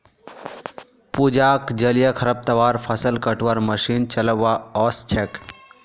पूजाक जलीय खरपतवार फ़सल कटवार मशीन चलव्वा ओस छेक